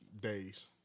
days